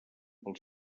pels